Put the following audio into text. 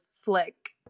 flick